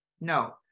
No